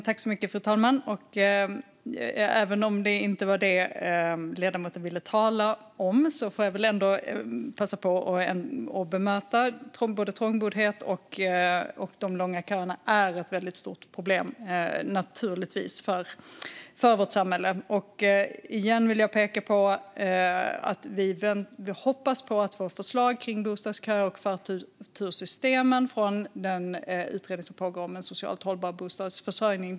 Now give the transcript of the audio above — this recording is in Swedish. Fru talman! Även om det inte var det ledamoten ville tala om ska jag passa på att bemöta detta. Trångboddheten och de långa köerna är naturligtvis ett väldigt stort problem för vårt samhälle. Jag vill återigen peka på att vi hoppas på att få ett förslag om bostadskö och förturssystem från den utredning som pågår om en socialt hållbar bostadsförsörjning.